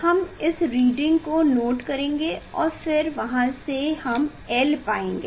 हम इस रीडिंग को नोट करेंगे और फिर वहाँ से हम l पाएंगे